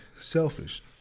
selfish